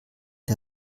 der